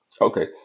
Okay